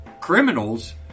criminals